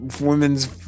women's